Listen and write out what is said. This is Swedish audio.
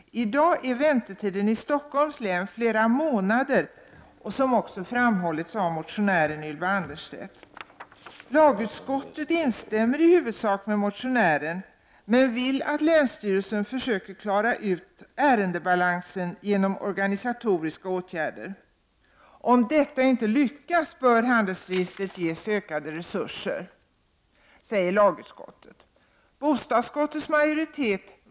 I dag är väntetiden i Stockholms län flera månader, som också framhållits av motionären Ylva Annerstedt. Lagutskottet instämmer i huvudsak med motionären men vill att länsstyrelsen försöker klara av ärendebalansen genom organisatoriska åtgärder. Om detta inte lyckas, bör handelsregistret ges ökade resurser, skriver lagutskottet.